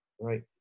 right